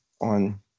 on